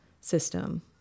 system